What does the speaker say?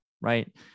right